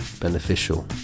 Beneficial